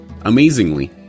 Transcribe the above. Amazingly